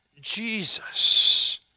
Jesus